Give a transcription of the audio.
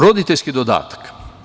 Roditeljski dodatak.